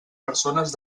persones